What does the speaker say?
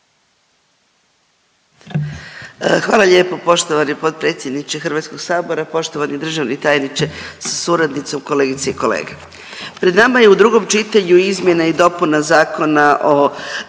Hvala lijepo poštovani potpredsjedniče Hrvatskog sabora. Poštovani državni tajniče sa suradnicom, kolegice i kolege, pred nama je u drugom čitanju izmjena i dopuna Zakona o